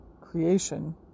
creation